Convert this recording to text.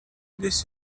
this